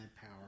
power